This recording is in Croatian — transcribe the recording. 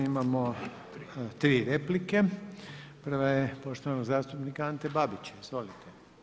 Imamo 3 replike, prva je poštovanog zastupnika Ante Babić, izvolite.